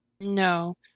No